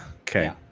Okay